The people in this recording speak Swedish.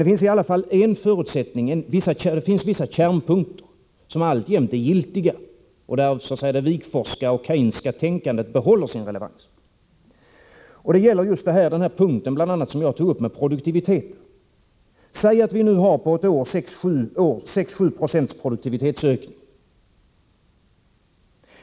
Det finns i alla fall vissa kärnpunkter som alltjämt är giltiga och där det Wigforsska och Keynesianska tänkandet behåller sin relevans. Det gäller bl.a. den punkt som jag tog upp, nämligen produktiviteten. Säg att vi nu på ett år har 6-7 90 produktivitetsökning.